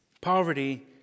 Poverty